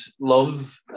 love